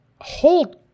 Hold